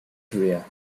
career